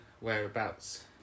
whereabouts